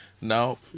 Now